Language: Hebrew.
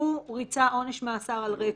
הוא ריצה עונש מאסר על רצח,